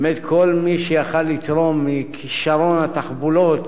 באמת, כל מי שיכול היה לתרום מכשרון התחבולות